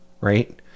right